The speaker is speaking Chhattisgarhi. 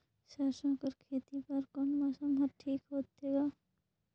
सरसो कर खेती बर कोन मौसम हर ठीक होथे ग?